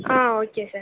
ah okay sir